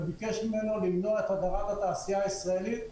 וביקש ממנו למנוע את הדבר --- לתעשייה הישראלית.